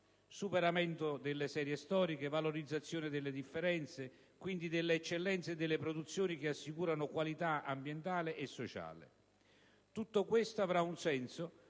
superamento delle serie storiche, valorizzazione delle differenze, quindi delle eccellenze e delle produzioni che assicurano qualità ambientale e sociale. Tutto questo avrà un senso